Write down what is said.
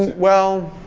well,